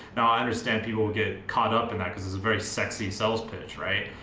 now i understand, people get caught up in that because it's very sexy sales pitch, right?